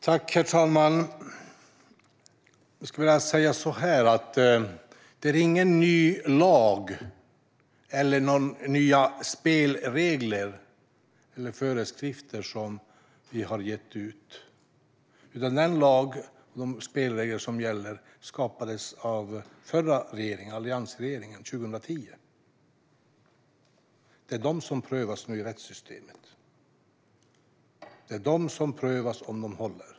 Herr talman! Jag skulle vilja säga så här: Vi har inte kommit med någon ny lag, nya spelregler eller nya föreskrifter. Den lag och de spelregler som gäller skapades av den förra regeringen, alliansregeringen, 2010. Det är detta som nu prövas om de håller i rättssystemet.